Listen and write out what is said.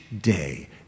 day